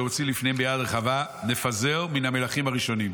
הוציא לפניהם ביד רחבה לפזר מן המלכים הראשונים".